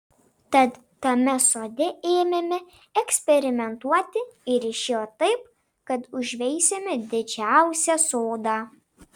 tad tame sode ėmėme eksperimentuoti ir išėjo taip kad užveisėme didžiausią sodą